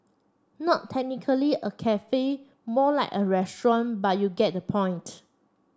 not technically a cafe more like a restaurant but you get the point